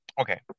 Okay